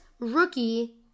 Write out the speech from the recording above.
Rookie